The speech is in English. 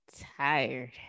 tired